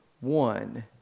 One